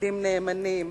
עובדים נאמנים,